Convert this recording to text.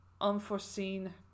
unforeseen